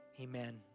Amen